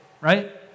right